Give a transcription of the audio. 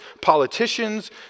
politicians